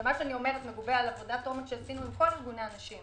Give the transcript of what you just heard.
ומה שאני אומרת מגובה בעבודת עומק שעשינו עם כל ארגוני הנשים